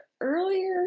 earlier